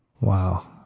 Wow